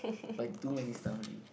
like too many stuff already